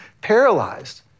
paralyzed